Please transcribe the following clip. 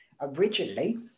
originally